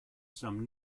some